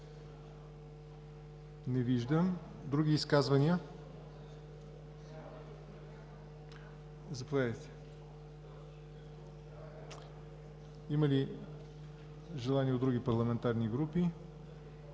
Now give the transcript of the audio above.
Не виждам. Други изказвания? Има ли желания от други парламентарни групи?